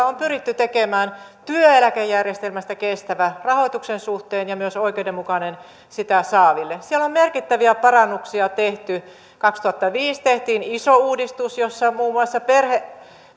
on pyritty tekemään työeläkejärjestelmästä kestävä rahoituksen suhteen ja myös oikeudenmukainen sitä saaville siellä on merkittäviä parannuksia tehty kaksituhattaviisi tehtiin iso uudistus jossa muun muassa perhevapaiden